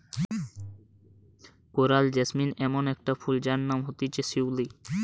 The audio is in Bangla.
কোরাল জেসমিন ইমন একটা ফুল যার নাম হতিছে শিউলি